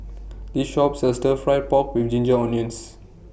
This Shop sells Stir Fry Pork with Ginger Onions